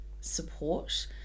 support